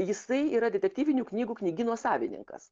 jisai yra detektyvinių knygų knygyno savininkas